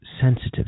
sensitive